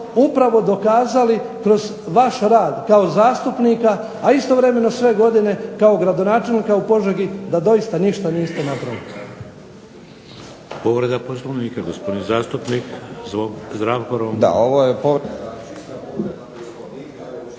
upravo dokazali kroz vaš rad kao zastupnika, a istovremeno sve godine kao gradonačelnika u Požegi da doista ništa niste napravili. **Šeks, Vladimir (HDZ)** Povreda Poslovnika gospodin zastupnik Zdravko Ronko.